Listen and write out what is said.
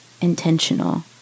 intentional